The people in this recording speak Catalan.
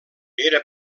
era